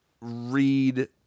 read